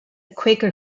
quaker